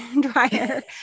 dryer